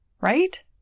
right